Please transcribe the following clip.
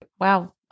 Wow